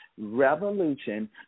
revolution